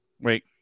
Wait